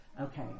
okay